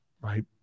right